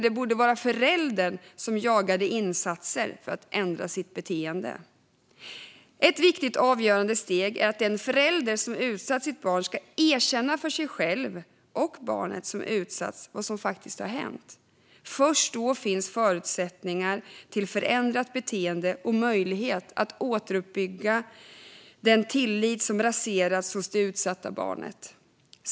Det borde vara föräldern som jagar insatser för att ändra sitt beteende. Ett viktigt och avgörande steg är att den förälder som har utsatt sitt barn ska erkänna för sig själv och barnet vad som faktiskt har hänt. Först då finns förutsättningar för förändrat beteende och möjlighet att återuppbygga den tillit som har raserats hos det utsatta barnet.